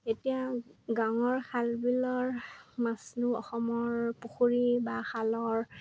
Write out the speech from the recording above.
এতিয়া গাঁৱৰ খাল বিল মাছনো অসমৰ পুখুৰী বা খালৰ